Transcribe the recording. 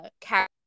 character